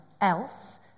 else